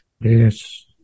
Yes